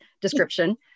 description